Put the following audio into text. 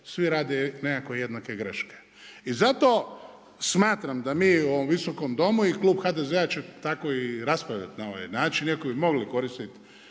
svi rade nekako jednake greške. I zato smatram da mi u ovom Visokom domu i klub HDZ-a će tako i raspravljati na ovaj način, iako bi mogli koristit